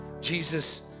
Jesus